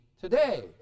today